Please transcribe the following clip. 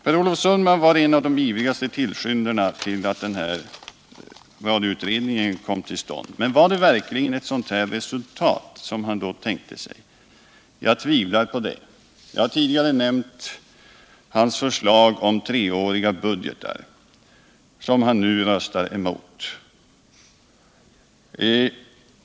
Per Olof Sundman var en av de ivrigaste tillskyndarna av att radioutredningen kom till stånd. Men var det verkligen ett sådant här resultat han då tänkte sig? Jag tvivlar på det. Jag har tidigare nämnt hans förslag om treåriga budgeter, som han nu röstar emot.